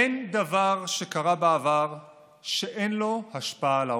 אין דבר שקרה בעבר שאין לו השפעה על ההווה".